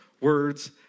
Words